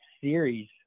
series